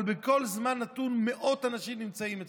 אבל בכל זמן נתון מאות אנשים נמצאים אצלו.